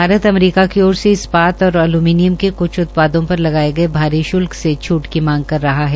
Bharat America की ओर से इस्पात और एल्मिनीयम के कुछ उत्पादों पर लगाए गए भारी भाल्कसे छूट की मांग कर रहा है